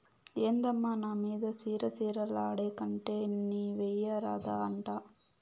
ఏందమ్మా నా మీద సిర సిర లాడేకంటే నీవెయ్యరాదా అంట